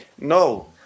No